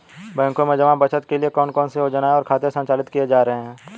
बैंकों में जमा बचत के लिए कौन कौन सी योजनाएं और खाते संचालित किए जा रहे हैं?